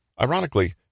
Ironically